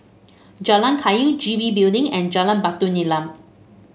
Jalan Kayu G B Building and Jalan Batu Nilam